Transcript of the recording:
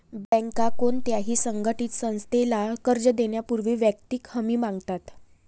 बँका कोणत्याही असंघटित संस्थेला कर्ज देण्यापूर्वी वैयक्तिक हमी मागतात